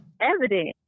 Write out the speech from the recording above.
evident